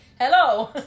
hello